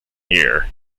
year